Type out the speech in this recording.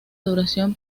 duración